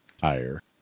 higher